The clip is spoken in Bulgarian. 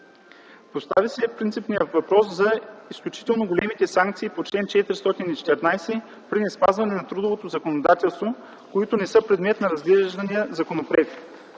Постави се принципният въпрос за изключително големите санкции по чл. 414 при неспазване на трудовото законодателство, които не са предмет на разглеждания законопроект.